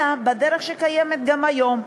אלא בדרך שקיימת גם היום.